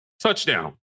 Touchdown